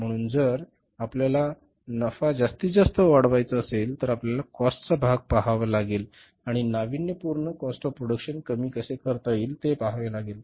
म्हणून जर आपल्याला आपला नफा जास्तीत जास्त वाढवायचा असेल तर आपल्याला काॅस्टचा भाग पहावा लागेल आणि नाविन्यपूर्णपणे काॅस्ट ऑफ प्रोडक्शन कमी कसे करता येईल ते पहावे लागेल